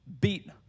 beat